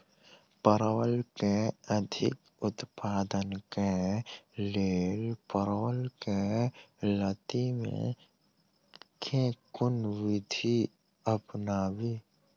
परवल केँ अधिक उत्पादन केँ लेल परवल केँ लती मे केँ कुन विधि अपनाबी?